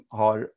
har